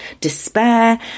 despair